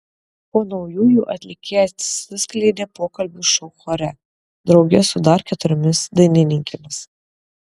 po naujųjų atlikėja atsiskleidė pokalbių šou chore drauge su dar keturiomis dainininkėmis